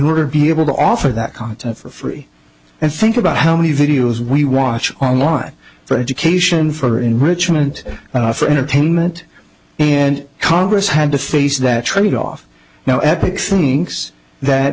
order to be able to offer that content for free and think about how many videos we watch online for education for enrichment and for entertainment and congress had to face that tradeoff now epix thinks that